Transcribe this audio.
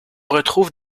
retrouve